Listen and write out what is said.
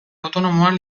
autonomoan